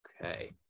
Okay